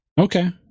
Okay